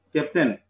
Captain